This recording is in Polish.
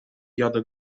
jadę